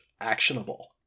actionable